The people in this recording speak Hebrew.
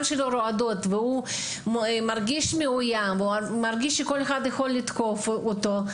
שלו רועדות והוא מרגיש מאוים ושל כל אחד יכול לתקוף אותו,